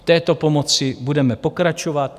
V této pomoci budeme pokračovat.